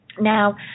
Now